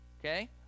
okay